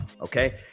okay